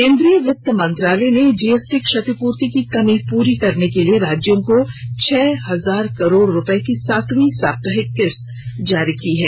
केंद्रीय वित्त मंत्रालय ने जीएसटी क्षतिपूर्ति की कमी पूरी करने के लिए राज्यों को छह हजार करोड़ रुपये की सातवीं साप्ताहिक किस्त जारी की है